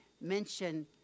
mention